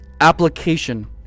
Application